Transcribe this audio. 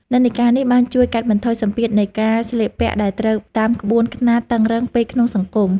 និន្នាការនេះបានជួយកាត់បន្ថយសម្ពាធនៃការស្លៀកពាក់ដែលត្រូវតាមក្បួនខ្នាតតឹងរ៉ឹងពេកក្នុងសង្គម។